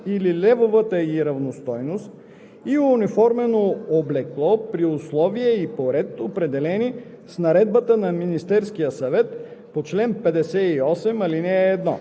за времето на обучението им се осигуряват: 1. настаняване, безплатна храна или левовата ѝ равностойност